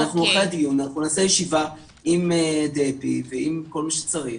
אנחנו נעשה ישיבה עם דבי ועם כל מי שצריך,